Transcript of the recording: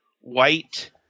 white